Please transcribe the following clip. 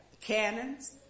cannons